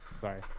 Sorry